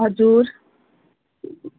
हजुर